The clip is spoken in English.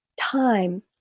time